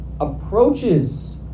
Approaches